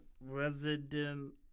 resident